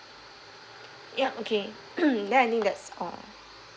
yup okay then I think that's all